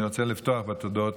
אני רוצה לפתוח בתודות